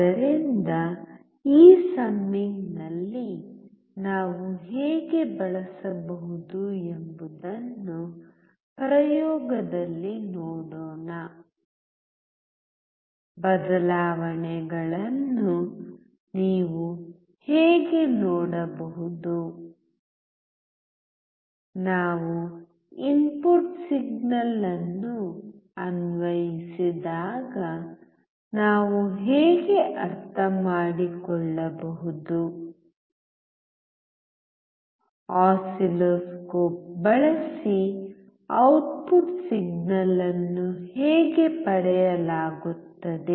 ಆದ್ದರಿಂದ ಈ ಸಮ್ಮಿಂಗ್ ನಲ್ಲಿ ನಾವು ಹೇಗೆ ಬಳಸಬಹುದು ಎಂಬುದನ್ನು ಪ್ರಯೋಗದಲ್ಲಿ ನೋಡೋಣ ಬದಲಾವಣೆಗಳನ್ನು ನೀವು ಹೇಗೆ ನೋಡಬಹುದು ನಾವು ಇನ್ಪುಟ್ ಸಿಗ್ನಲ್ ಅನ್ನು ಅನ್ವಯಿಸಿದಾಗ ನಾವು ಹೇಗೆ ಅರ್ಥಮಾಡಿಕೊಳ್ಳಬಹುದು ಆಸಿಲ್ಲೋಸ್ಕೋಪ್ ಬಳಸಿ ಔಟ್ಪುಟ್ ಸಿಗ್ನಲ್ ಅನ್ನು ಹೇಗೆ ಪಡೆಯಲಾಗುತ್ತದೆ